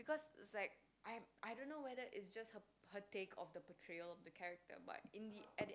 because it's like I I don't know whether it's just her her take of the portrayal of the character but in the at the